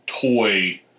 toy